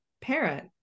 parent